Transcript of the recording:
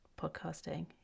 podcasting